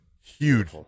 Huge